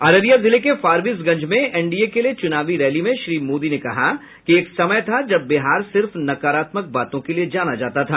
अररिया जिले के फारबिसगंज में एनडीए के लिए चुनावी रैली में श्री मोदी ने कहा कि एक समय था जब बिहार सिर्फ नकारात्मक बातों के लिए जाना जाता था